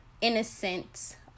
innocent